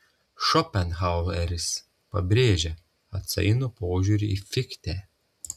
šopenhaueris pabrėžia atsainų požiūrį į fichtę